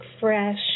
fresh